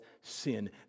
sin